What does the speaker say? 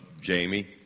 Jamie